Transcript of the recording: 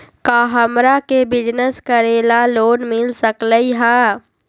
का हमरा के बिजनेस करेला लोन मिल सकलई ह?